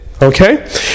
Okay